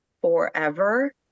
forever